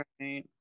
Right